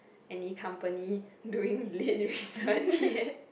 any company doing lit research yet